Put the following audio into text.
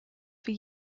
for